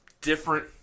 different